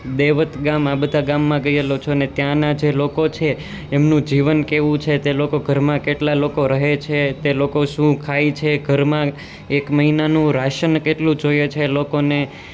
દેવત ગામ આ બધા ગામમાં ગયેલો છું અને ત્યાંના જે લોકો છે એમનું જીવન કેવું છે તે લોકો ઘરમાં કેટલા લોકો રહે છે તે લોકો શું ખાય છે ઘરમાં એક મહિનાનું રાશન કેટલું જોઈએ છે લોકોને